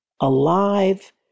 alive